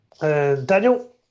Daniel